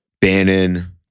Bannon